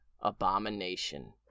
Abomination